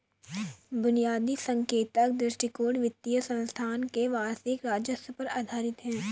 बुनियादी संकेतक दृष्टिकोण वित्तीय संस्थान के वार्षिक राजस्व पर आधारित है